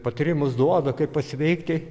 patarimus duoda kaip pasveikti